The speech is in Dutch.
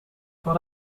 van